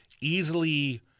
easily